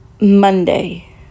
monday